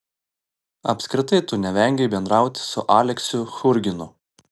apskritai tu nevengei bendrauti su aleksiu churginu